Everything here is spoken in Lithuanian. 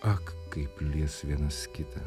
ak kaip lies vienas kitą